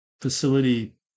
facility